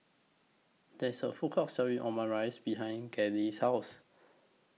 There's A Food Court Selling Omurice behind Gladyce's House